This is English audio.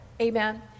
Amen